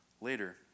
later